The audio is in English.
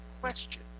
question